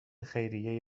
خیریه